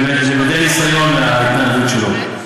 אנחנו למודי ניסיון מההתנהגות שלו.